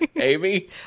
Amy